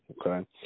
Okay